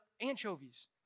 anchovies